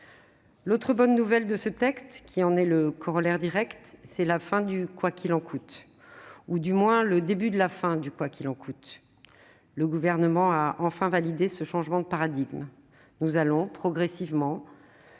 L'autre bonne nouvelle de ce texte, qui en est le corollaire direct, c'est la fin du « quoi qu'il en coûte » ou du moins le début de la fin du « quoi qu'il en coûte »... Le Gouvernement a enfin validé ce changement de paradigme. Nous allons progressivement